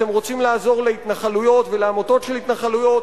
אתם רוצים לעזור להתנחלויות ולעמותות של התנחלויות?